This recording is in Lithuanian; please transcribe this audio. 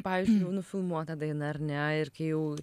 pavyzdžiui jau nufilmuotą dainą ar ne ir kai jau